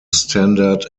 standard